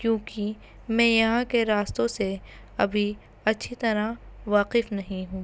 کیونکہ میں یہاں کے راستوں سے ابھی اچھی طرح واقف نہیں ہوں